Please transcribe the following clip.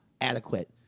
adequate